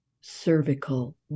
cervical